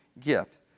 gift